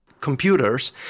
computers